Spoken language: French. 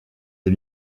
des